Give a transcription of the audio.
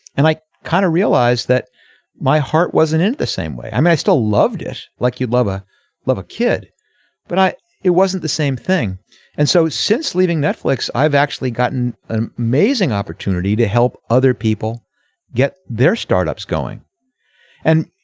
and i kind of realized that my heart wasn't in the same way. i mean i still loved it. like you love to ah love a kid but it wasn't the same thing and so since leaving netflix i've actually gotten an amazing opportunity to help other people get their startups going and